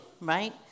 right